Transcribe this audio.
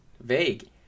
vague